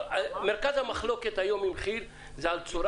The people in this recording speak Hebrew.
מרכז המחלוקת היום עם כי"ל זה על הצורה